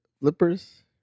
flippers